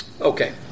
Okay